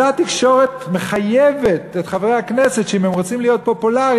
אותה תקשורת מחייבת את חברי הכנסת אם הם רוצים להיות פופולריים,